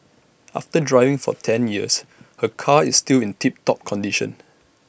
after driving for ten years her car is still in tip top condition